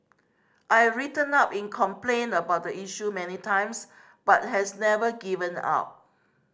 I've written in complain about the issue many times but has never given up